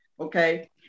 Okay